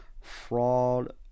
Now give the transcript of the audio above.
fraud